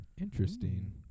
Interesting